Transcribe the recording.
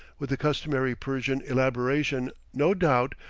with the customary persian elaboration, no doubt,